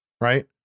Right